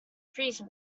freeze